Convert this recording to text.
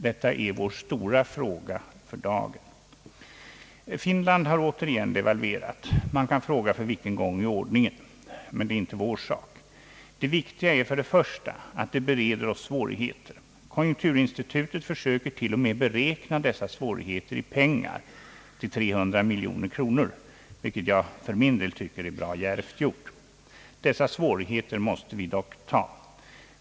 Detta är vår stora fråga för dagen. Finland har återigen devalverat. Man kan fråga för vilken gång i ordningen, men det är inte vår sak. Det viktiga är för det första att det bereder oss svårigheter. Konjunkturinstitutet försöker t.o.m. beräkna dessa svårigheter i pengar till 300 miljoner kronor, vilket jag för min del tycker är bra djärvt gjort. Dessa svårigheter måste vi dock ta.